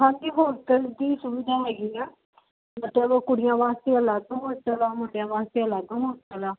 ਹਾਂਜੀ ਹੋਸਟਲ ਦੀ ਸੁਵਿਧਾ ਹੈਗੀ ਆ ਮਤਲਬ ਉਹ ਕੁੜੀਆਂ ਵਾਸਤੇ ਅਲੱਗ ਹੋਸਟਲ ਹੈ ਮੁੰਡਿਆਂ ਵਾਸਤੇ ਅਲੱਗ ਹੋਸਟਲ ਹੈ